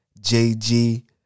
JG